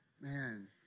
Man